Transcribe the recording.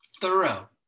thorough